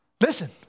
Listen